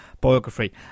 biography